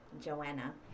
Joanna